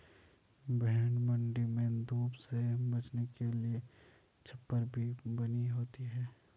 भेंड़ मण्डी में धूप से बचने के लिए छप्पर भी बनी होती है